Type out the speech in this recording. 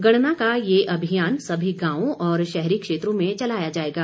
गणना का ये अभियान सभी गांवों और शहरी क्षेत्रों में चलाया जाएगा